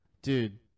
Dude